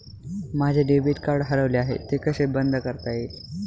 माझे debit card हरवले आहे ते कसे बंद करता येईल?